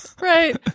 Right